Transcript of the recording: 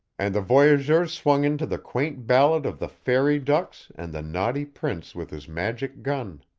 and the voyageurs swung into the quaint ballad of the fairy ducks and the naughty prince with his magic gun.